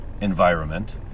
environment